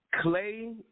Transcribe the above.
clay